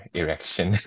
erection